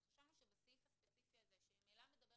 אז חשבנו שבסעיף הספציפי הזה שממילא מדבר